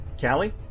Callie